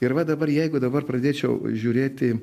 ir va dabar jeigu dabar pradėčiau žiūrėti